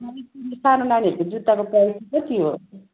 सानो तिनो सानो नानीहरूको जुत्ताको प्राइज कति हो